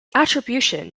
attribution